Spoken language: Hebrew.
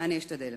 אני אשתדל.